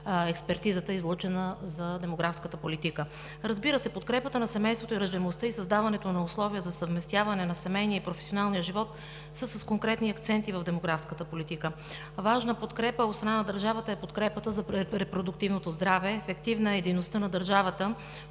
експертизата, излъчена за демографската политика. Подкрепата на семейството и раждаемостта и създаването на условия за съвместяване на семейния и професионалния живот са с конкретни акценти в демографската политика. Важна подкрепа от страна на държавата е подкрепата за репродуктивното здраве. Ефективна е дейността на държавата